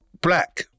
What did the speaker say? black